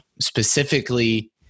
specifically